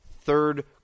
third